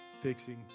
fixing